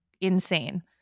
insane